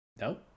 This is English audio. No